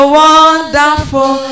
wonderful